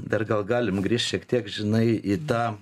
dar gal galim grįžt šiek tiek žinai į tą